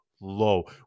low